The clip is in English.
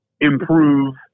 improve